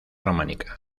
románica